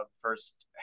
first